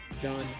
John